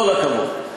כל הכבוד.